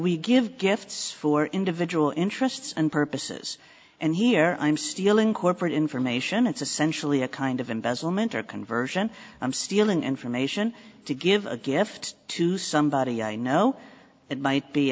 we give gifts for individual interests and purposes and here i'm stealing corporate information it's essentially a kind of embezzlement or conversion i'm stealing information to give a gift to somebody i know it might be